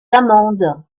amandes